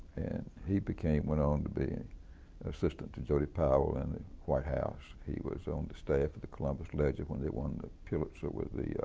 he went on to be an assistant to jody powell in the white house. he was on the staff of the columbus ledger when they won the pulitzer with the